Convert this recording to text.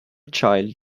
child